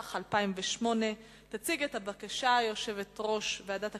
התשס"ח 2008. תציג את הבקשה יושבת-ראש ועדת העלייה,